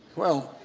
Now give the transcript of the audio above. well,